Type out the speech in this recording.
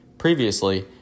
Previously